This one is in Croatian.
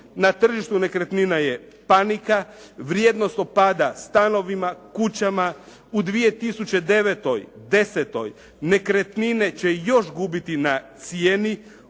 Na tržištu nekretnina je panika. Vrijednost opada stanovima, kućama. U 2009., 2010. nekretnine će još gubiti na cijeni.